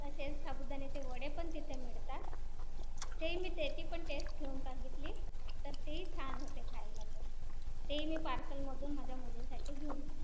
तसेच साबुदाण्याचे वडे पण तिथे मिळतात तेही मी त्याची पण टेस्ट घेऊन बघितली तर तेही छान होते खायला पण तेही मी पार्सलमधून माझ्या मुलींसाठी घेऊन